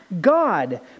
God